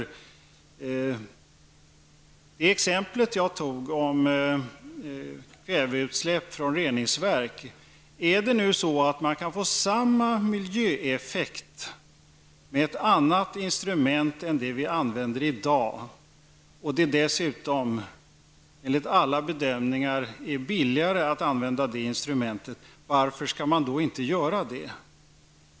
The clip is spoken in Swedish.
Jag tog exemplet med kväveutsläpp från reningsverk. Om man kan få samma miljöeffekt med ett annat instrument än det vi använder i dag och detta dessutom enligt alla bedömningar är billigare att använda, varför skall man då inte använda det instrumentet.